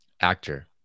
Actor